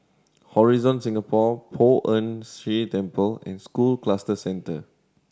Horizon Singapore Poh Ern Shih Temple and School Cluster Centre